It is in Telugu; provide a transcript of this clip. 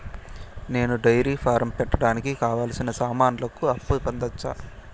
నేను డైరీ ఫారం పెట్టడానికి కావాల్సిన సామాన్లకు అప్పు పొందొచ్చా?